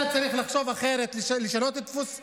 אתה צריך לחשוב אחרת, לשנות את דפוס השימוש.